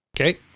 Okay